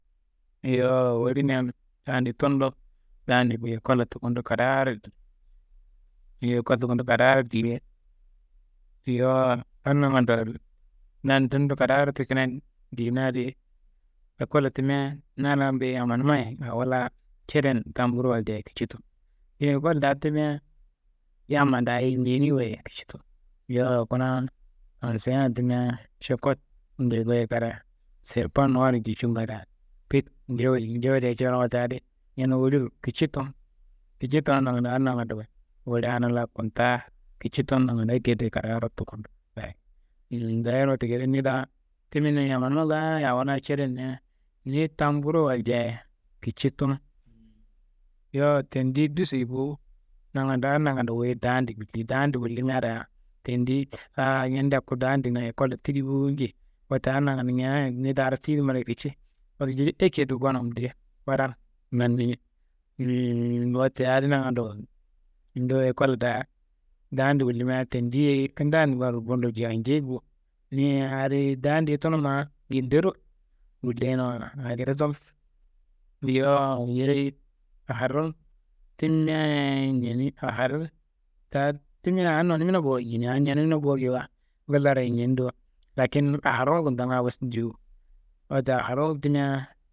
Yowo wolineyan dandi tunu do dadi ku ekollo tukun do kadaaro diye, kotukun do kadaaro diye. Yowo adi nangando, dandi tunu do kadaaro tikiniyan diyena di, ekollo timia na laambe yammanumayi awo laa ceden tamburo walja ye kici tunu. Yeyi ekol daa timia, yamma daayi njeni wayi kici tunu, yowo kuna anseiyan timia šokot njei goyo kada, serpan nuar njei cunga daa, pit njowodi, njowodia curon wote adi, ñene woliro kici tunu, kici tunu nangando adi nangando, woliana laa kuntaa kici tunu nangando, ekedo kadaaro tukundo, dayi dayiyer, wote gede ni daa, timina ye yamanumma ngaayo awo laa cede ñia, ni tamburo waljaye kici tunu. Yowo, tandiyi dusei bo nangando, adi nangando wuyi dandi wulliyi, dandi wullimia daa tandiyi ahaa ñenedea ku dandina ekollo tidi bo njei, wote adi nagando ñenea ni daaro tiyinummaro kici, wote jili ekedo gonumde fadan nannimi. Wote adi nangando, nduwuye ekol daa dandi gullimia tendi ye kindadinummaro bundo janjei bo, ni- ye adi dandiye tunu ma gindero wullinuwa aa ngede tunu. Yowo yeyi, aharun timia ye njeni, aharumu taa timia aa nonimina bowaye njeni, awo nonimina bo geyiwa, ngillaro ye njeni do, lakin aharuwu kuntonga bes jowu wo, wote aharuwu timia.